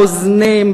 רוזנים,